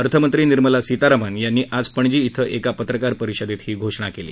अर्थमंत्री निर्मला सीतारामन यांनी आज पणजी इथं एका पत्रकार परिषदेत ही घोषणा केली